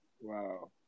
Wow